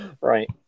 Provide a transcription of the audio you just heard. Right